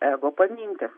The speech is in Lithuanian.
ego paminti